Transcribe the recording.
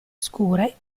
scure